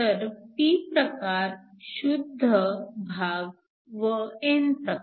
तर p प्रकार शुद्ध भाग व n प्रकार